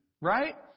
Right